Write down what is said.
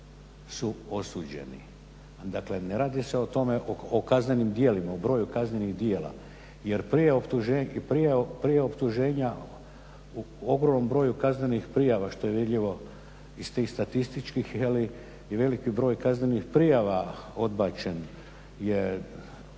su osuđeni, dakle ne radi se o tome, o kaznenim djelima, o broju kaznenih djela jer prije optuženja u ogromnom broju kaznenih prijava što je vidljivo iz tih statističkih je li i veliki broj kaznenih prijava odbačen jer